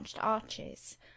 arches